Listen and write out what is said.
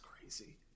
crazy